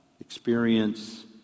experience